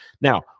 Now